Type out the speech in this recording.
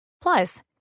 Plus